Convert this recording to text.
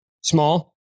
small